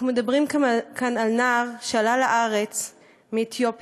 אנחנו מדברים כאן על נער שעלה לארץ מאתיופיה